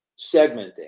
segmenting